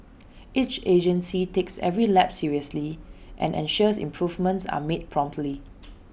each agency takes every lapse seriously and ensures improvements are made promptly